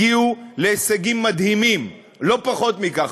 הגיעו להישגים מדהימים, לא פחות מכך.